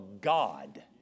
God